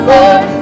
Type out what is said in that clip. Lord